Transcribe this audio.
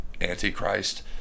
Antichrist